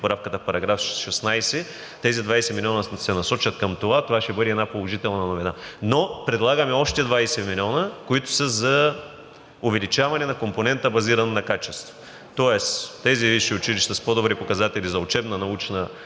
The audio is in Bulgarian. поправката в § 16 и тези 20 милиона се насочат към това, това ще бъде една положителна новина. Предлагаме още 20 милиона, които са за увеличаване на компонента, базиран на качеството. Тоест тези висши училища с по добри показатели за учебна научна